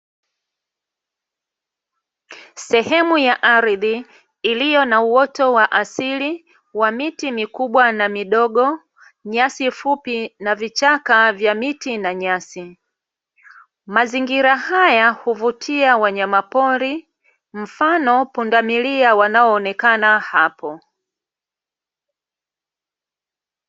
Sehemu ya ardhi iliyo na uoto wa asili wa miti mikubwa na midogo nyasi fupi na vichaka vya miti na nyasi. Mazingira haya huvutia wanyama pori mfano pundamilia wanaoonekana hapo.